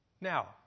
Now